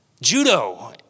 Judo